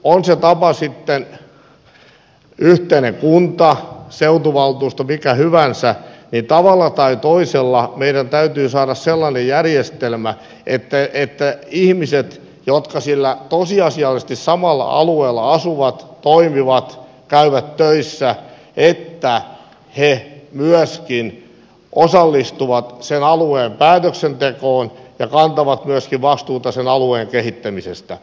on se tapa sitten yhteinen kunta seutuvaltuusto tai mikä hyvänsä niin tavalla tai toisella meidän täytyy saada sellainen järjestelmä että ihmiset jotka siellä tosiasiallisesti samalla alueella asuvat toimivat ja käyvät töissä myöskin osallistuvat sen alueen päätöksentekoon ja kantavat vastuuta sen alueen kehittämisestä